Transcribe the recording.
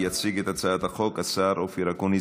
יציג את הצעת החוק השר אופיר אקוניס.